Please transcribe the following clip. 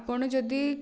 ଆପଣ ଯଦି